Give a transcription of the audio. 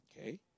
Okay